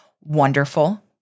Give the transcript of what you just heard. wonderful